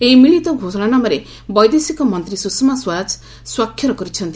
ଏହି ମିଳିତ ଘୋଷଣାନାମାରେ ବୈଦେଶିକ ମନ୍ତ୍ରୀ ସୁଷମ ସ୍ୱରାଜ ସ୍ୱାକ୍ଷର କରିଛନ୍ତି